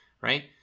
right